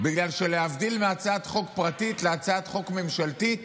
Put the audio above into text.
בגלל שלהבדיל מהצעת חוק פרטית, להצעת חוק ממשלתית